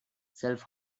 self